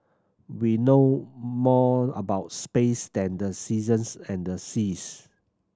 we know more about space than the seasons and the seas